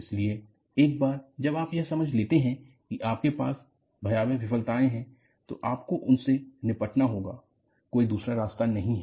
इसलिए एक बार जब आप यह समझ लेते हैं कि आपके पास भयावह विफलताएँ हैं तो आपको उनसे निपटना होगा कोई दूसरा रास्ता नहीं है